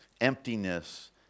emptiness